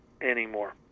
anymore